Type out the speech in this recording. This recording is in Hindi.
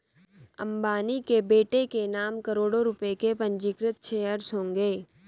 अंबानी के बेटे के नाम करोड़ों रुपए के पंजीकृत शेयर्स होंगे